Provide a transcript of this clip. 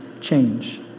change